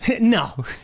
No